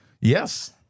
Yes